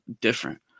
different